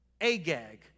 Agag